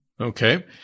Okay